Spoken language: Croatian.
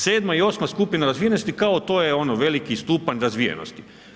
7. i 8. skupina razvijenosti, kao to je ono veliki stupanj razvijenosti.